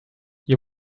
you